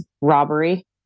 Robbery